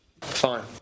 fine